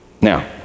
Now